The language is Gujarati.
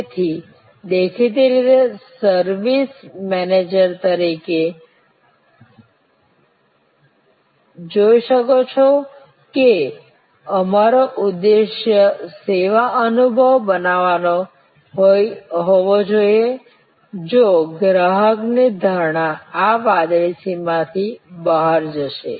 તેથી દેખીતી રીતે તમે સર્વિસ મેનેજર તરીકે જોઈ શકો છો કે અમારો ઉદ્દેશ્ય સેવા અનુભવ બનાવવાનો હોવો જોઈએ જો ગ્રાહકોની ધારણા આ વાદળી સીમાની બહાર જશે